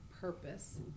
purpose